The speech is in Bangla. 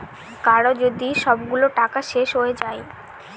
কারো যদি সবগুলো টাকা শেষ হয়ে যায়